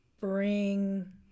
bring